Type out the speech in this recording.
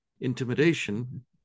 intimidation